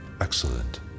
excellent